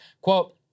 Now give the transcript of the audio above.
quote